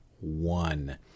one